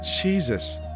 Jesus